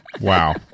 Wow